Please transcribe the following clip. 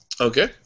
Okay